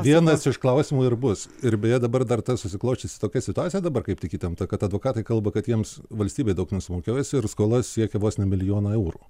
vienas iš klausimų ir bus ir beje dabar dar ta susiklosčiusi tokia situacija dabar kaip tik įtempta kad advokatai kalba kad jiems valstybė daug nesumokėjusi ir skola siekia vos ne milijoną eurų